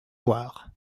loire